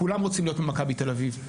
כולם רוצים להיות במכבי תל אביב.